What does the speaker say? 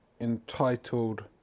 entitled